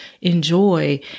enjoy